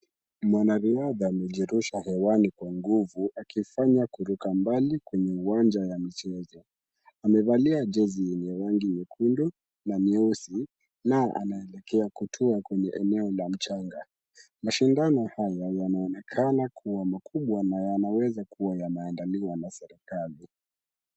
Mwanariadha amejirusha hewani Kwa nguvu akifanya kuruka mbali kwenye uwanja ya michezo, amekalia jezi yenye rangi nyekundu na mweusi na anaelekea kutua kwenye eneo la mchanga, mashindano haya yanaonekana kuwa makubwa na yanaweza kuwa yameandaliwa na serikali.